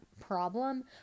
problem